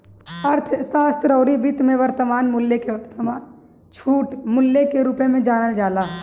अर्थशास्त्र अउरी वित्त में वर्तमान मूल्य के वर्तमान छूट मूल्य के रूप में जानल जाला